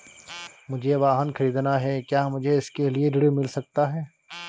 मुझे वाहन ख़रीदना है क्या मुझे इसके लिए ऋण मिल सकता है?